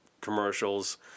commercials